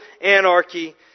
anarchy